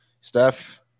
Steph